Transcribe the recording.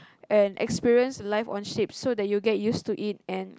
and experience life on ships so that you get used to it and